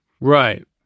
Right